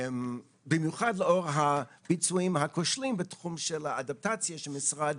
במיוחד לאור הביצועים הכושלים בתחום של האדפטציה שהמשרד